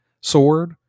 sword